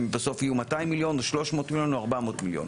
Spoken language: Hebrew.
אם בסוף יהיו 200 מיליון או 300 מיליון או 400 מיליון,